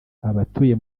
abatuye